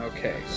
Okay